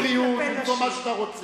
במקום בריאות, במקום מה שאתה רוצה.